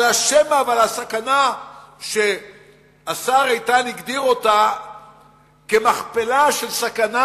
על השמא ועל הסכנה שהשר איתן הגדיר אותה כמכפלה של סכנה